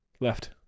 Left